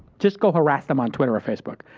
just go harass them on twitter or facebook.